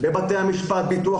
מבתי המשפט בלי תו ירוק או תו סגול,